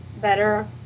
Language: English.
better